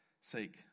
sake